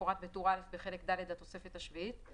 כמפורט בטור א' בחלק ד' לתוספת השביעית,